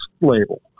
label